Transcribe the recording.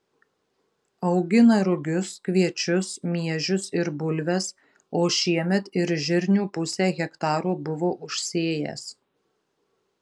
augina rugius kviečius miežius ir bulves o šiemet ir žirnių pusę hektaro buvo užsėjęs